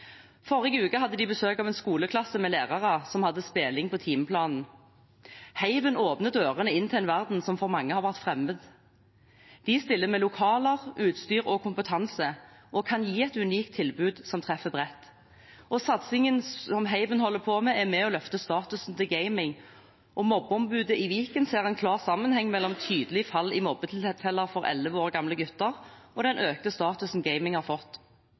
Forrige uke hadde de besøk av en skoleklasse med lærere som hadde spilling på timeplanen. Haven åpner dørene inn til en verden som for mange har vært fremmed. De stiller med lokaler, utstyr og kompetanse og kan gi et unikt tilbud som treffer bredt. Satsingen som Haven holder på med, er med på å løfte statusen til gaming, og mobbeombudet i Viken ser en klar sammenheng mellom tydelig fall i mobbetilfeller for elleve år gamle gutter og den økte statusen gaming har fått.